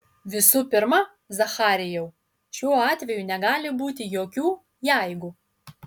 visų pirma zacharijau šiuo atveju negali būti jokių jeigu